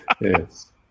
Yes